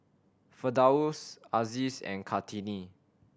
Firdaus Aziz and Kartini